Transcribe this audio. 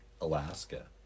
Alaska